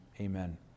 amen